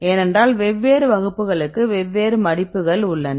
ஏனென்றால் வெவ்வேறு வகுப்புகளுக்கு அல்லது வெவ்வேறு மடிப்புகள் உள்ளன